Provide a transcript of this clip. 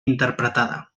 interpretada